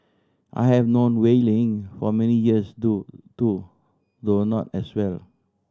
I have known Wei Ling for many years too too though not as well